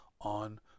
on